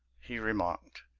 he remarked.